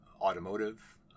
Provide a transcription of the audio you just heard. automotive